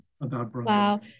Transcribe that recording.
Wow